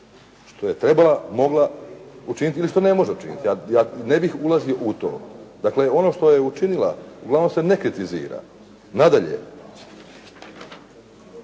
što je trebala, mogla učiniti ili što ne može učiniti. Ja ne bih ulazio u to. Dakle, ono što je učinila uglavnom se ne kritizira. Nadalje,